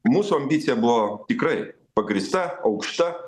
mūsų ambicija buvo tikrai pagrįsta aukšta